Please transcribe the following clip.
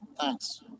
Thanks